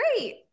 Great